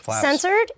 censored